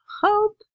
hope